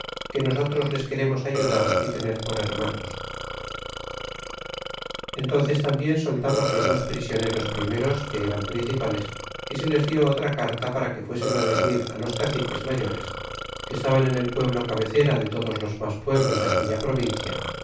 que nosotros les queremos ayudar y tener por hermanos y entánces tambien soltamos los dos prisioneros primeros que eran principales y se les dilo otra carta para que fuesen decir los caciques mayores que estaban en el pueblo cabecera de todos los mas pueblos de aquella provincia